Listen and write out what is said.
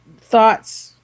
thoughts